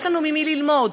יש לנו ממי ללמוד.